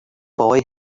boy